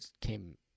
came